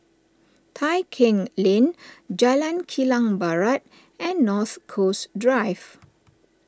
Tai Keng Lane Jalan Kilang Barat and North Coast Drive